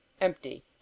empty